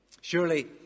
Surely